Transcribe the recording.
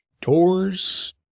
doors